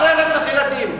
אחרי רצח ילדים.